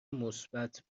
مثبت